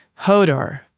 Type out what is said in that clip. Hodor